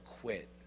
quit